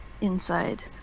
inside